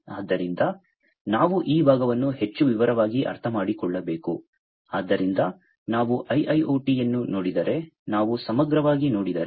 ಆದ್ದರಿಂದ ನಾವು ಈ ಭಾಗವನ್ನು ಹೆಚ್ಚು ವಿವರವಾಗಿ ಅರ್ಥಮಾಡಿಕೊಳ್ಳಬೇಕು ಆದ್ದರಿಂದ ನಾವು IIoT ಅನ್ನು ನೋಡಿದರೆ ನಾವು ಸಮಗ್ರವಾಗಿ ನೋಡಿದರೆ